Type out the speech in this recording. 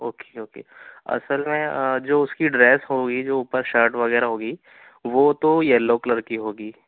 okay okay اصل میں جو اس کی ڈریس ہوگی جو اوپر شرٹ وغیرہ ہوگی وہ تو یلو کلر کی ہوگی